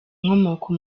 inkomoko